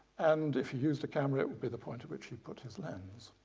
and if he used a camera, it would be the point at which he put his lens,